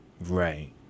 Right